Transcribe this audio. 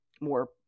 more